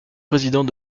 président